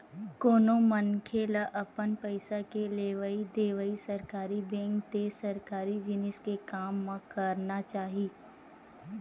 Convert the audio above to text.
कोनो मनखे ल अपन पइसा के लेवइ देवइ सरकारी बेंक ते सरकारी जिनिस के काम म करना चाही